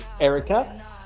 Erica